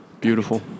Beautiful